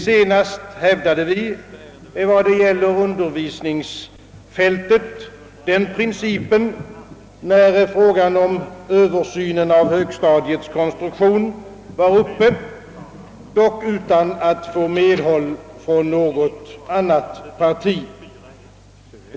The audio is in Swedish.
Senast hävdade vi i vad gällde undervisningsfältet den principen, när frågan om Översyn av högstadiets konstruktion var uppe till debatt, dock utan att få medhåll från något annat parti.